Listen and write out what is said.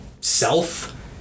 self